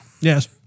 Yes